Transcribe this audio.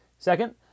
Second